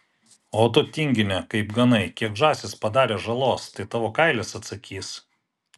o tu tingine kaip ganai kiek žąsys padarė žalos tai tavo kailis atsakys